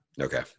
Okay